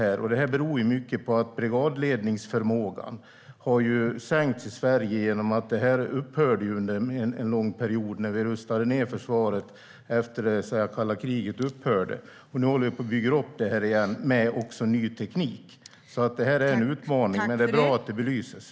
Mycket beror på att brigadledningsförmågan har sänkts i Sverige eftersom den upphörde under en lång period då vi rustade ned försvaret efter att det kalla kriget tog slut. Nu håller vi på att bygga upp denna förmåga igen och tillför ny teknik. Det är en utmaning, och det är bra att det blir belyst.